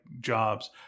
jobs